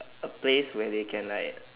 a place where they can like